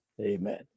Amen